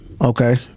Okay